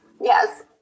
Yes